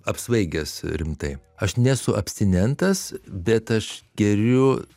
apsvaigęs rimtai aš nesu abstinentas bet aš geriu